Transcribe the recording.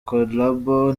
collabo